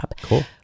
Cool